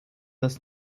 das